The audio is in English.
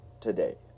today